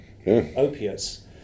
opiates